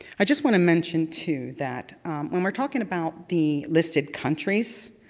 i just want to mention, too, that when we're talking about the listed countries,